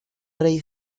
rey